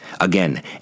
Again